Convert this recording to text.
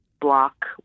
block